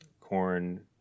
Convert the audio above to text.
corn